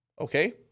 Okay